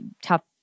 tough